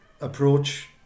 approach